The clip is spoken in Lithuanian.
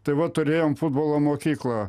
tai va turėjom futbolo mokyklą